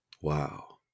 Wow